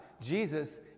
Jesus